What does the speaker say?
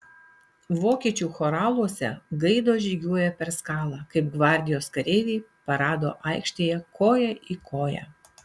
vokiečių choraluose gaidos žygiuoja per skalą kaip gvardijos kareiviai parado aikštėje koja į koją